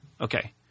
Okay